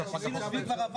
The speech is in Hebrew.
אבל ה-6 ביולי כבר עבר.